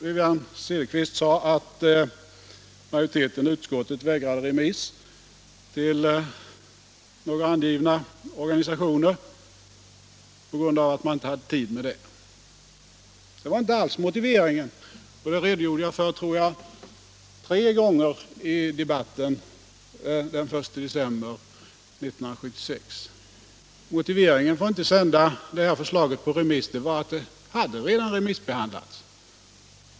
Wivi-Anne Cederqvist sade att majoriteten i utskottet vägrade remiss till några angivna organisationer på grund av att man inte hade tid med det. Detta var inte alls motiveringen, och det redogjorde jag för — tre gånger tror jag — i debatten den 1 december 1976. Motiveringen för att inte sända förslaget på remiss var att det redan hade remissbehandlats.